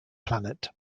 planet